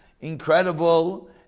incredible